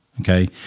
okay